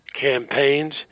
campaigns